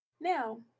now